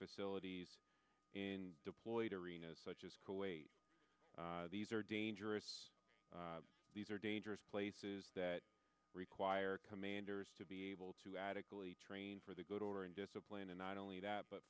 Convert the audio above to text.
facilities in deployed arenas such as kuwait these are dangerous these are dangerous places that require commanders to be able to adequately train for the good order and discipline and not only that but